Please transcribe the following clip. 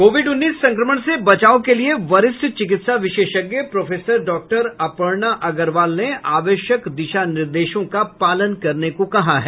Covid उन्नीस संक्रमण से बचाव के लिए वरिष्ठ चिकित्सा विशेषज्ञ प्रोफेसर डॉक्टर अपर्णा अग्रवाल ने आवश्यक दिशा निर्देशों का पालन करने को कहा है